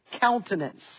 countenance